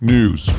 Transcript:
News